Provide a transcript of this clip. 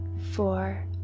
four